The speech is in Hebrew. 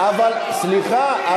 אבל סליחה,